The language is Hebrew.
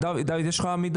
דוד, יש לך מידע?